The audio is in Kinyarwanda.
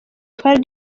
twari